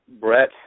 Brett